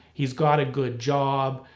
he's got a good job.